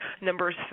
numbers